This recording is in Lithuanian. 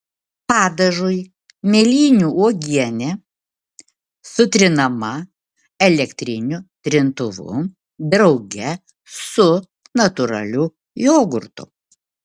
padažui mėlynių uogienė sutrinama elektriniu trintuvu drauge su natūraliu jogurtu